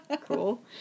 Cool